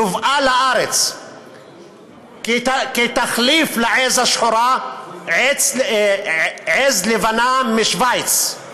יובאה לארץ כתחליף לעז השחורה עז לבנה משווייץ,